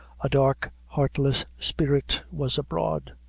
a dark, heartless spirit was abroad.